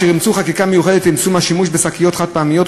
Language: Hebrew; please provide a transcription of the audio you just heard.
אשר אימצו חקיקה מיוחדת לצמצום השימוש בשקיות חד-פעמיות.